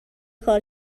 کار